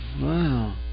Wow